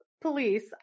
police